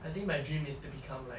I think my dream is to become like